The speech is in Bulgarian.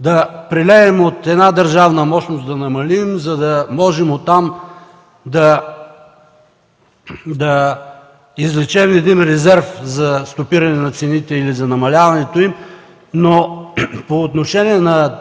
Да прилеем от една държавна мощност, да намалим, за да можем оттам да извлечем резерв за стопиране или за намаляването на цените, но по отношение на